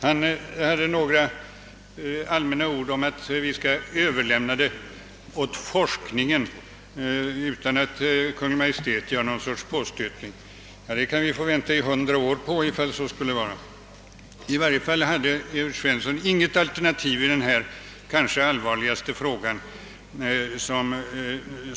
Han sade några ord om att vi skall överlåta detta åt forskningen utan påstötning från Kungl. Maj:t, men det kan vi få vänta på i hundra år. Han hade i varje fall inget användbart alternativ i denna mycket allvarliga fråga.